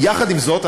עם זאת,